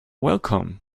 welcome